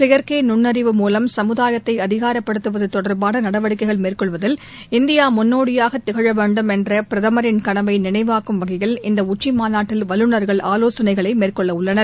செயற்கை நுன்னறிவு முலம் சமுதாயத்ததை அதிகாரப்படுத்துவது தொடர்பான நடவடிக்கைகள் மேற்கொள்வதில் இந்தியா முன்னோடியாக திகழவேண்டும் என்ற பிரதமரின் கனவை நளவாக்கும் வகையில் இந்த உச்சி மாநாட்டில் வல்லுநர்கள் ஆலோசனைகள் மேற்கொள்ள உள்ளனர்